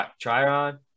Tryon